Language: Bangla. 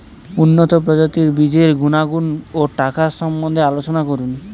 উন্নত প্রজাতির বীজের গুণাগুণ ও টাকার সম্বন্ধে আলোচনা করুন